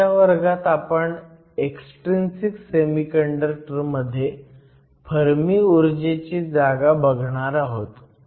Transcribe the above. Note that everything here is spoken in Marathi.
पुढच्या वर्गात आपण एक्सट्रिंसिक सेमीकंडक्टर मध्ये फर्मी ऊर्जेची जागा बघणार आहोत